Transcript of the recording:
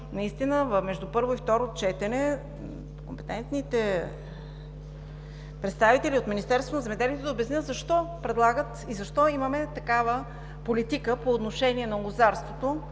и искам между първо и второ четене компетентните представители от Министерството на земеделието, храните и горите да обяснят защо предлагат и защо имаме такава политика по отношение на лозарството